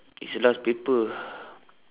it's the last paper